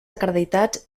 acreditats